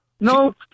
No